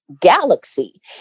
galaxy